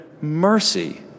mercy